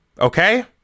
okay